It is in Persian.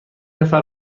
نفر